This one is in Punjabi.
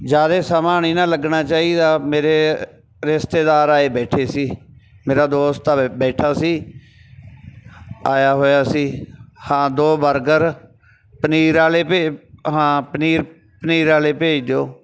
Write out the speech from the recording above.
ਜ਼ਿਆਦਾ ਸਮਾਂ ਨਹੀਂ ਨਾ ਲੱਗਣਾ ਚਾਹੀਦਾ ਮੇਰੇ ਰਿਸ਼ਤੇਦਾਰ ਆਏ ਬੈਠੇ ਸੀ ਮੇਰਾ ਦੋਸਤ ਆਵੇ ਬੈਠਾ ਸੀ ਆਇਆ ਹੋਇਆ ਸੀ ਹਾਂ ਦੋ ਬਰਗਰ ਪਨੀਰ ਵਾਲੇ ਭੇ ਹਾਂ ਪਨੀਰ ਪਨੀਰ ਵਾਲੇ ਭੇਜ ਦਿਓ